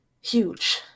huge